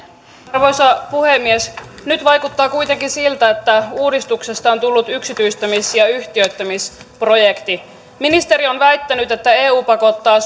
arvoisa puhemies nyt vaikuttaa kuitenkin siltä että uudistuksesta on tullut yksityistämis ja yhtiöittämisprojekti ministeri on väittänyt että eu pakottaa